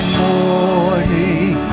morning